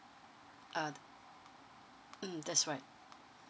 uh mm that's right